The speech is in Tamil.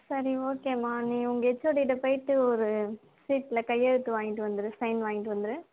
சரி ஓகேமா நீ உங்கள் ஹெச்ஓடிகிட்ட போய்விட்டு ஒரு சீட்டில் கையெழுத்து வாங்கிகிட்டு வந்துரு சைன் வாங்கிட்டு வந்துரு